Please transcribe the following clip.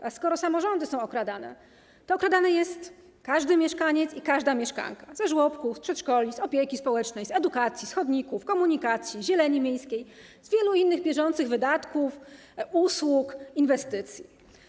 A skoro samorządy są okradane, to okradany jest każdy mieszkaniec i każda mieszkanka - ze żłobków, z przedszkoli, opieki społecznej, edukacji, chodników, komunikacji, zieleni miejskiej, z wielu innych bieżących wydatków, usług, inwestycji.